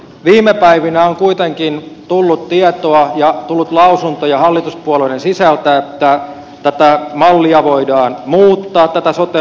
viime päivinä on kuitenkin tullut tietoa ja tullut lausuntoja hallituspuolueiden sisältä että tätä sote mallia voidaan muuttaa